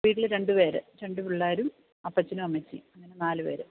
വീട്ടില് രണ്ടുപേര് രണ്ടു പിള്ളാരും അപ്പച്ചനും അമ്മച്ചിയും അങ്ങനെ നാല് പേര്